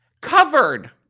Covered